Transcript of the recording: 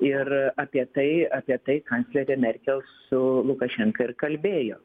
ir apie tai apie tai kanclerė merkel su lukašenka ir kalbėjo